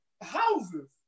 houses